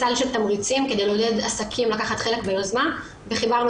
סל של תמריצים כדי לעודד עסקים לקחת חלק ביוזמה וחיברנו